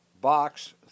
Box